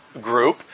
group